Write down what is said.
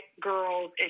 girls